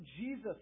Jesus